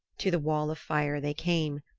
to the wall of fire they came,